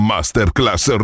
Masterclass